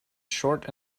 short